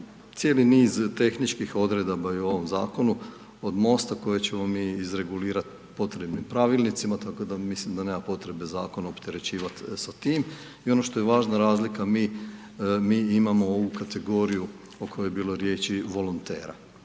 cijeli niz tehničkih odredaba je u ovom zakonu od MOST-a koje ćemo mi izregulirati potrebnim pravilnicima tako da mislim da nema potrebe zakon opterećivati sa tim. I ono što je važno razlika mi, mi imamo ovu kategoriju o kojoj je bilo riječi volontera.